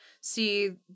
see